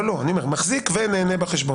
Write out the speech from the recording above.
לא, לא, אני אומר, מחזיק ונהנה בחשבון.